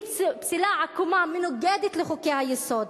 היא פסילה עקומה, מנוגדת לחוקי-היסוד.